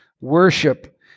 worship